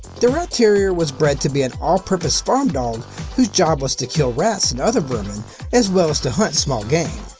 the rat terrier was bred to be an all-purpose farm dog whose job was to kill rats and other vermin as well as to hunt small game.